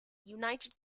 united